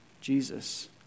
Jesus